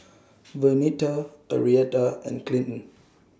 Vernita Arietta and Clinton